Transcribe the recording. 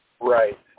Right